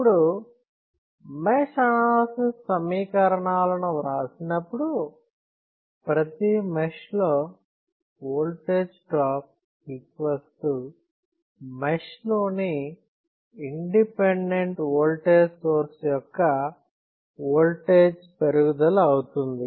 ఇప్పుడు mesh analysis సమీకరణాలను వ్రాసినప్పుడు ప్రతి మెష్ లో వోల్టేజ్ డ్రాప్ మెష్లోని ఇండిపెండెంట్ వోల్టేజ్ సోర్స్ యొక్క వోల్టేజ్ పెరుగుదల అవుతుంది